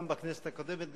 גם בכנסת הקודמת,